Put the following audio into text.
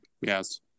Yes